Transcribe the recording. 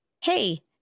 Hey